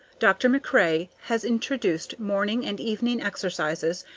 dr. macrae has introduced morning and evening exercises,